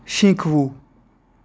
શીખવું